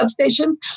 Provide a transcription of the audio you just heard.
substations